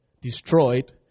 destroyed